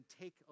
take